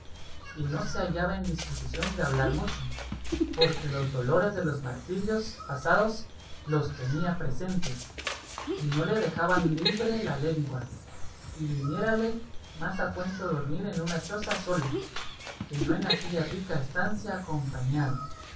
y no se hallaba en disposición de hablar mucho porque los dolores de los martirios pasados los tenía presentes y no le dejaban libre la lengua y viniérale más a cuento dormir en una choza solo que no en aquella rica estancia acompañado